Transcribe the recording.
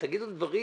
אבל תאמרו לי דברים